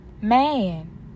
man